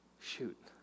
Shoot